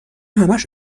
همش